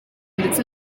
ndetse